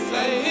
Say